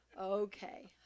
okay